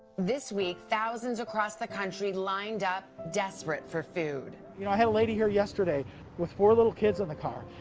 this week, thousands across the country lined up, desperate for food. you know i had a lady here yesterday yesterday with four little kids in the car.